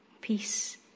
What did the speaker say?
peace